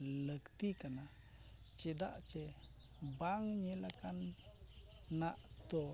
ᱞᱟᱹᱠᱛᱤ ᱠᱟᱱᱟ ᱪᱮᱫᱟᱜ ᱪᱮ ᱵᱟᱝ ᱧᱮᱞ ᱟᱠᱟᱱ ᱱᱟᱜ ᱫᱚ